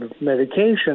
medication